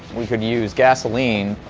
we could use gasoline.